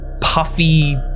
puffy